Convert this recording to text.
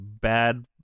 bad